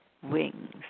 wings